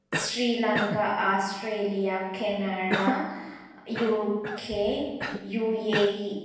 Sri Lanka Australia Canada UK UAE